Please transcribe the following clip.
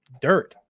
dirt